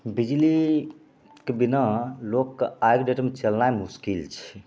बिजलीके बिना लोकके आइके डेटमे चलनाइ मुश्किल छै